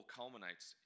culminates